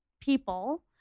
people